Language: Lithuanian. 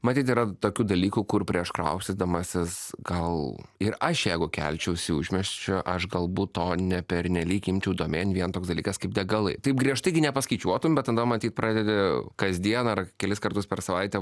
matyt yra tokių dalykų kur prieš kraustydamasis gal ir aš jeigu kelčiausi užmiesčio aš galbūt to ne pernelyg imčiau domėn vien toks dalykas kaip degalai taip griežtai gi nepaskaičiuotum bet tada matyt pradedi kasdieną ar kelis kartus per savaitę